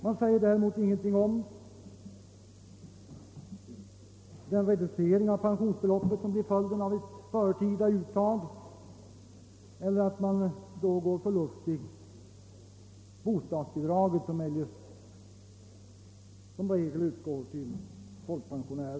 Man säger däremot ingenting om den reducering av pensionsbeloppet, som blir följden av ett förtida uttag, eller om förlusten av bostadsbidraget, som annars i regel utgår till folkpensionärer.